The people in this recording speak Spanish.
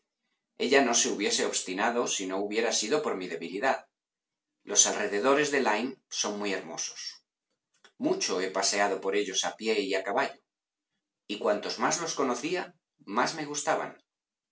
ella no se hubiese obstinado si no hubiera sido por mi debilidad los alrededores de lyme son muy hermosos mucho he paseado por ellos a pie y a caballo y cuanto más los conocía más me gustaban